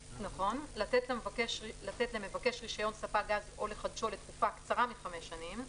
לתת למבקש רישיון ספק גז או לחדשו לתקופה הקצרה מחמש שנים,